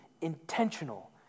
intentional